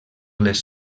les